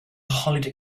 holiday